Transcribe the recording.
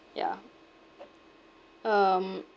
ya um